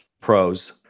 pros